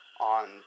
on